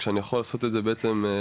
כאשר אני יכול לעשות את זה בעצם בבית,